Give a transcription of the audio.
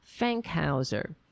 Fankhauser